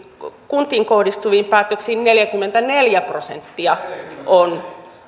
kuntiin kohdistuvista päätöksistä neljäkymmentäneljä prosenttia on